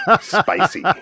Spicy